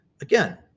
Again